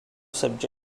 subject